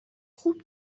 خوب